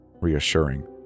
reassuring